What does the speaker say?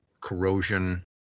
corrosion